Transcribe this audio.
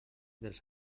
dels